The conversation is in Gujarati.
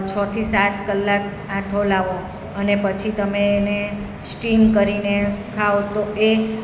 છ થી સાત કલાક આથો લાવો અને પછી તમે એને સ્ટીમ કરીને ખાઓ તો એ